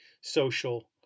social